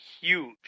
huge